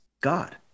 God